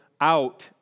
out